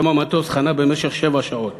שם המטוס חנה במשך שבע שעות,